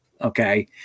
Okay